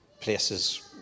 places